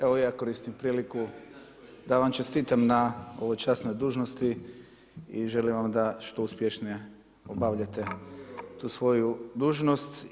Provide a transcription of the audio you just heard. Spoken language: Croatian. Evo ja koristim priliku da vam čestitam na ovoj časnoj dužnosti i želim vam da što uspješnije obavljate tu svoju dužnost.